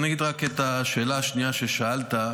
אגיד רק את השאלה השנייה ששאלת,